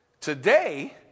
Today